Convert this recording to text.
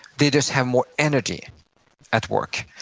they just have more energy at work,